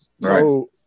Right